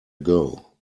ago